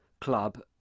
Club